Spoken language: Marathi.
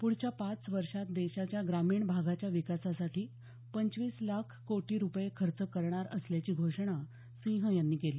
पुढच्या पाच वर्षात देशाच्या ग्रामीण भागाच्या विकासासाठी पंचवीस लाख कोटी रुपये खर्च करणार असल्याची घोषणा सिंह यांनी केली